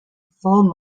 full